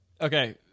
okay